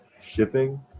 shipping